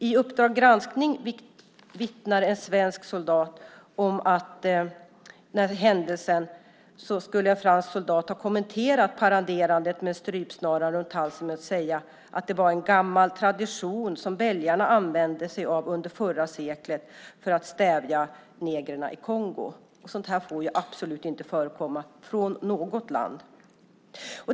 I Uppdrag granskning vittnar en svensk soldat om en händelse när en fransk soldat skulle ha kommenterat paraderandet med strypsnaran runt halsen med att säga att det var "en gammal tradition som belgarna använde sig av under förra seklet för att stävja negrerna i Kongo". Sådant får absolut inte förekomma från något land.